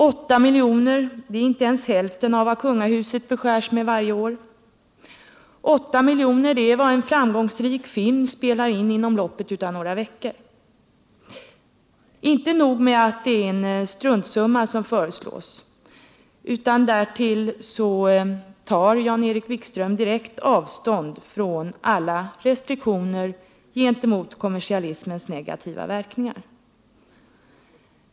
Åtta miljoner är inte ens hälften av vad kungahuset beskärs med varje år. Åtta miljoner — det är vad en framgångsrik film spelar in inom loppet av några veckor. Inte nog med att det är struntsumma som föreslås, utan därtill tar Jan-Erik Wikström direkt avstånd från alla restriktioner gentemot kommersialismens negativa verkningar.